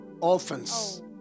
orphans